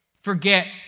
Forget